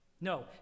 No